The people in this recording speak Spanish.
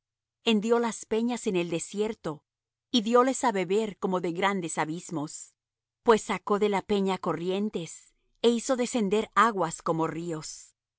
hendió las peñas en el desierto y dióles á beber como de grandes abismos pues sacó de la peña corrientes e hizo descender aguas como ríos